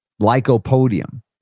lycopodium